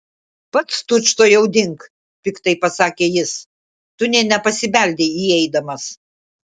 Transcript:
pats tučtuojau dink piktai pasakė jis tu nė nepasibeldei įeidamas